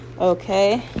okay